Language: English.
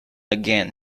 again